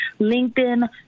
LinkedIn